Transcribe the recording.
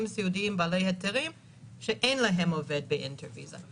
סיעודיים בעלי היתרים שאין להם עובד באינטר ויזה.